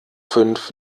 fünf